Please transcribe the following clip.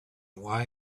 why